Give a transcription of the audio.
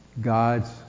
God's